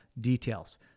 details